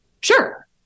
sure